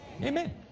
Amen